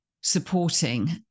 supporting